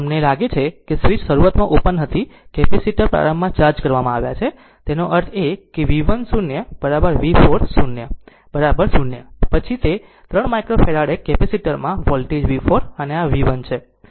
તેથી જો તમને લાગે કે સ્વીચ શરૂઆતમાં ઓપન હતું અને કેપેસિટર પ્રારંભમાં ચાર્જ કરવામાં આવ્યાં છે તેથી તેનો અર્થ છે V 1 0 V 4 0 0તે પછી આ 3 માઇક્રોફેરાડે કેપેસિટર માં વોલ્ટેજ V 4 અને આ V 1 છે